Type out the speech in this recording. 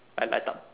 light light up